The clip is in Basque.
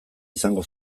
izango